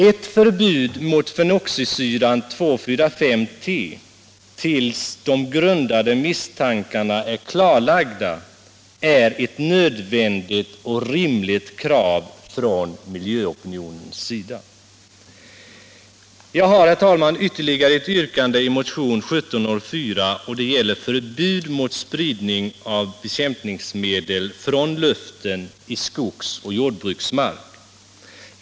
Ett förbud mot fenoxisyran 2,4,5-T tills de grundade misstankarna blivit klarlagda är ett nödvändigt och rimligt krav från miljöopinionens sida. Jag har, herr talman, ytterligare ett yrkande i motionen 1704, och det gäller förbud mot spridning av bekämpningsmedel från luften i skogsoch jordbruksmark.